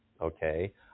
okay